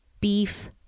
Beef